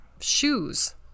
shoes